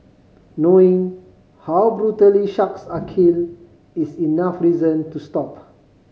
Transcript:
knowing how brutally sharks are killed is enough reason to stop